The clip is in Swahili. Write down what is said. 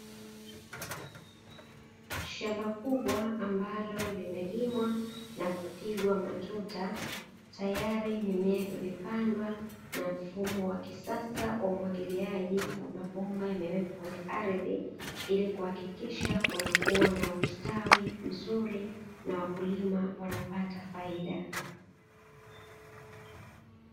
Shamba kubwa ambalo limelimwa na kupigwa matuta, tayari mimea imepandwa. Na mfumo wa kisasa wa umwagiliaji wa mabomba yamewekwa kwenye ardhi ili kuhakikisha kunakuwa na ustawi mzuri na wakulima wanapata faida.